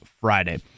Friday